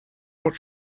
what